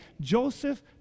Joseph